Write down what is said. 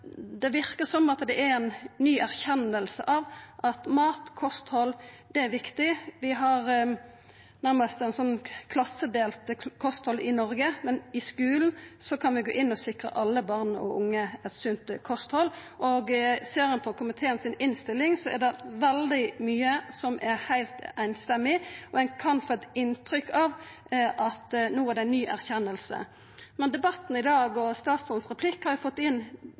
det verkar som om det er ei ny erkjenning at mat og kosthald er viktig. Vi har nærast eit klassedelt kosthald i Noreg, men i skulen kan vi gå inn og sikra alle barn og unge eit sunt kosthald. Ser ein på innstillinga frå komiteen, er det veldig mykje som er samrøystes, og ein kan få eit inntrykk av at no er det ei ny erkjenning. Debatten i dag og statsrådens replikk har fått inn